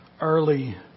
early